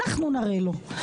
אנחנו נראה לו.